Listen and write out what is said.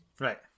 Right